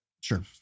Sure